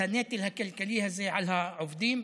את הנטל הכלכלי הזה על העובדים.